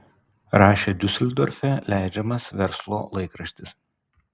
rašė diuseldorfe leidžiamas verslo laikraštis